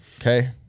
okay